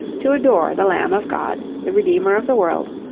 to adore the lamb of god, the redeemer of the world.